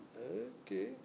Okay